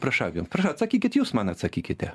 prašau prašau atsakykit jūs man atsakykite